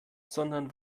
sondern